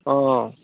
অ'